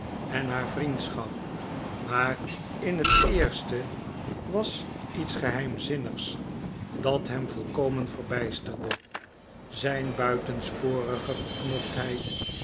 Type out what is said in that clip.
en haar vriendschap maar in het eerste was iets geheimzinnigs dat hem volkomen verbijsterde zijn